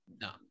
No